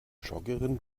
joggerin